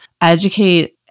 educate